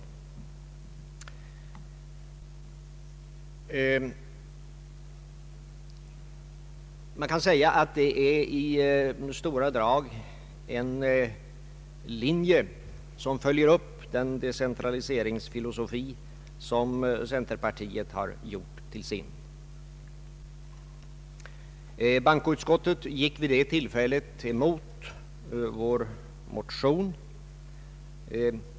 Man kan säga att detta i stora drag är en linje som följer upp den decentraliseringsfilosofi centerpartiet har gjort till sin. Bankoutskottet gick vid det tillfället emot vår motion.